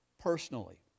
personally